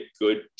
good